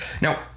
Now